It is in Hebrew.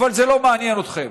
אבל זה לא מעניין אתכם?